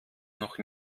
noch